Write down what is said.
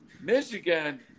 Michigan